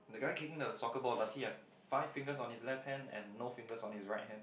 the guy kicking the soccer ball does he have five fingers on his left hand and no fingers on his right hand